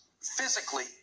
physically